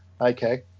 Okay